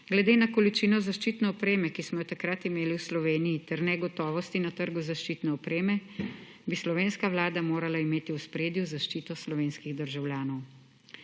Glede na količino zaščitne opreme, ki smo jo takrat imeli v Sloveniji, ter negotovosti na trgu zaščitne opreme, bi slovenska vlada morala imeti v ospredju zaščito slovenskih državljanov.